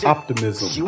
Optimism